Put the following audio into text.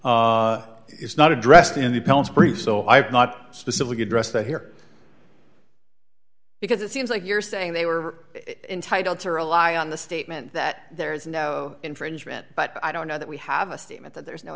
cited it's not addressed in the pellets brief so i have not specifically address that here because it seems like you're saying they were entitled to rely on the statement that there is no infringement but i don't know that we have a statement that there is no